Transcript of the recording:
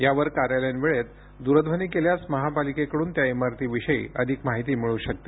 त्यावर कार्यालयीन वेळेत दूरध्वनी केल्यास महापालिकेकडून त्या इमारतीविषयी अधिक माहिती मिळू शकते